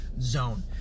zone